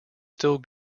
still